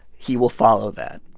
he will follow that.